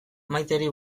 maiteri